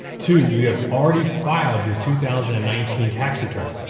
two you have already filed your two thousand and nineteen tax return.